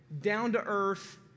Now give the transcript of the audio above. down-to-earth